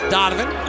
Donovan